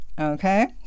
okay